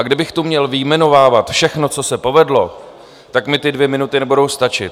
A kdybych tu měl vyjmenovávat všechno, co se povedlo, tak mi ty dvě minuty nebudou stačit.